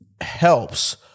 helps